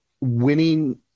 winning